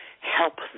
help